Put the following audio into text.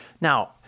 Now